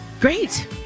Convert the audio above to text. Great